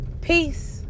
Peace